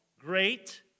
Great